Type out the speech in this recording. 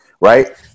right